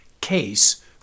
CASE